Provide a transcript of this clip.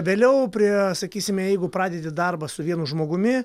vėliau prie sakysime jeigu pradedi darbą su vienu žmogumi